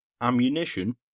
ammunition